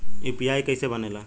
UPI कईसे बनेला?